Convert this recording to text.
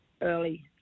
early